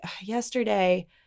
yesterday